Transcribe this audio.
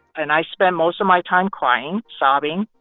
and i spent most of my time crying, sobbing,